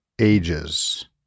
ages